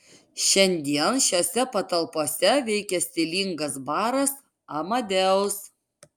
šiandien šiose patalpose veikia stilingas baras amadeus